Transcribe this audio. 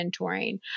mentoring